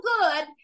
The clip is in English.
good